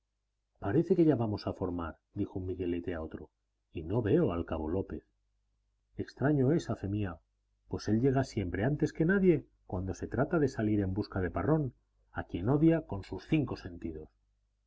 parece que ya vamos a formar dijo un miguelete a otro y no veo al cabo lópez extraño es a fe mía pues él llega siempre antes que nadie cuando se trata de salir en busca de parrón a quien odia con sus cinco sentidos